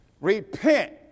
Repent